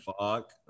Fuck